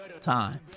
Time